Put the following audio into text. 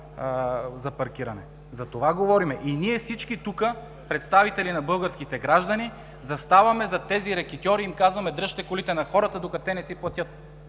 за паркиране. И всички ние тук, представителите на българските граждани, заставаме зад тези рекетьори и им казваме: „Дръжте колите на хората, докато те не си платят“.